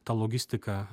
ta logistika